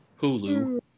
Hulu